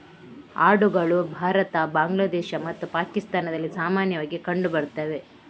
ಆಡುಗಳು ಭಾರತ, ಬಾಂಗ್ಲಾದೇಶ ಮತ್ತು ಪಾಕಿಸ್ತಾನದಲ್ಲಿ ಸಾಮಾನ್ಯವಾಗಿ ಕಂಡು ಬರ್ತವೆ